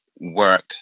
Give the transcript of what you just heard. work